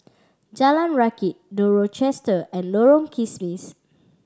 Jalan Rakit The Rochester and Lorong Kismis